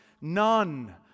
none